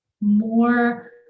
more